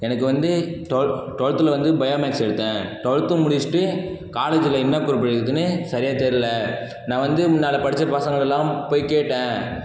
எனக்கு வந்து டுவெல்த் டுவெல்த்தில் வந்து பயோ மேக்ஸ் எடுத்தேன் டுவெல்த்து முடிச்சுட்டு காலேஜில் என்ன குரூப் எடுக்கிறதுன்னு சரியாக தெர்லை நான் வந்து முன்னால் படித்த பசங்களெலாம் போய் கேட்டேன்